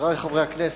חברי חברי הכנסת,